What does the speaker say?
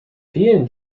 fehlen